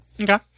Okay